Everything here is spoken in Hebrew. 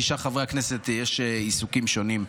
כי לשאר חברי הכנסת יש עיסוקים שונים.